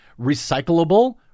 recyclable